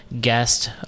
guest